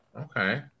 Okay